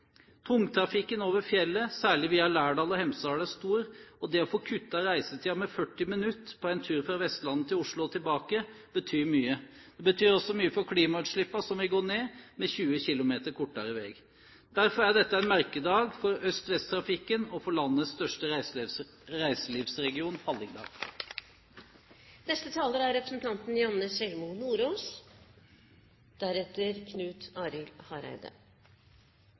Tungtrafikken over fjellet, særlig via Lærdal og Hemsedal, er stor. Det å få kuttet reisetiden med 40 minutter på en tur fra Vestlandet til Oslo og tilbake, betyr mye. Det betyr også mye for klimautslippene, som vil gå ned med 20 kilometer kortere vei. Derfor er dette en merkedag for øst–vest-trafikken og for landets største reiselivsregion, Hallingdal. Det er